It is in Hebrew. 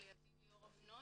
לידי ליאור אבנון,